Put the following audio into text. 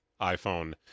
iPhone